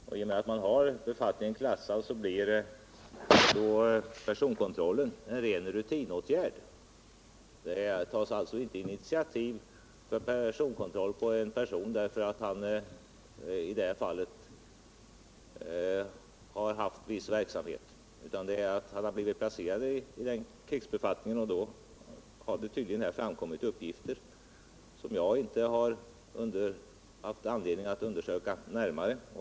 I och med att befattningen är klassad blir personkontrollen en ren rutinåtgärd. Det tas alltså inte initiativ till kontroll av en person därför att denne, som i detta fall, har bedrivit viss verksamhet. Han har således blivit placerad i en klassad krigsbefattning, och då har det tydligen framkommit vissa uppgifter, som jag inte haft anledning att undersöka närmare.